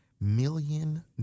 million